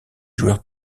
joueurs